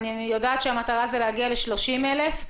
אני יודעת שהמטרה היא להגיע ל-30,000.